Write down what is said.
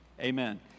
Amen